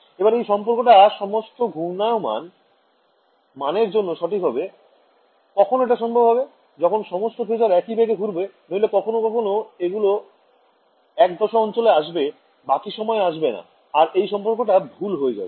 এবার এই সম্পর্কটা সমস্ত ঘূর্ণায়মান মানের জন্য সঠিক হবে কখন এটা সম্ভব হবে যখন সমস্ত phasor একই বেগে ঘুরবে নইলে কখনও কখনও এগুলো এক দশা অঞ্চলে আসবে বাকি সময় আসবে না আর এই সম্পর্ক টা ভুল হয়ে যাবে